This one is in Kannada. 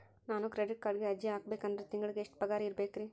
ನಾನು ಕ್ರೆಡಿಟ್ ಕಾರ್ಡ್ಗೆ ಅರ್ಜಿ ಹಾಕ್ಬೇಕಂದ್ರ ತಿಂಗಳಿಗೆ ಎಷ್ಟ ಪಗಾರ್ ಇರ್ಬೆಕ್ರಿ?